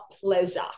pleasure